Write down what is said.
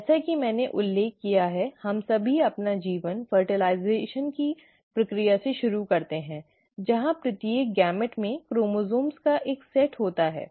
जैसा कि मैंने उल्लेख किया है हम सभी अपना जीवन निषेचन की प्रक्रिया से शुरू करते हैं जहां प्रत्येक युग्मक में क्रोमोसोम्स का एक सेट होता है